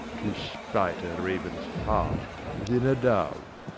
to spite a raven's heart within a dove.